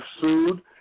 sued